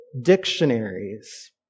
dictionaries